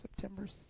September